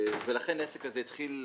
לכן העסק הזה התחיל להסתבך.